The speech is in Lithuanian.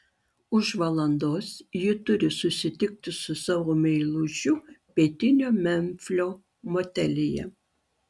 už valandos ji turi susitikti su savo meilužiu pietinio memfio motelyje